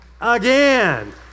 again